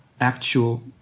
actual